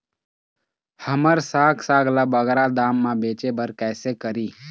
हमर साग साग ला बगरा दाम मा बेचे बर कइसे करी?